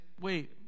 wait